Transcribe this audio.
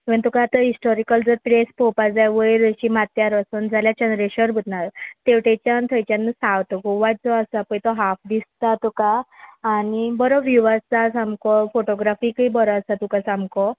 even तुका आतां historical जर प्लेस पळोवपा जाय वयर अशी मात्यार वचून जाल्यार चंद्रेशर भुतनाथ तेवटेच्यान थंयच्यान सावथ गोवात जो आसा पळय तो हाफ दिसता तुका आनी बरो व्हीव आसता सामको फोटोग्राफीकूय बरो आसा तुका सामको